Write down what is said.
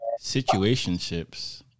Situationships